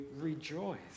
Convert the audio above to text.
rejoice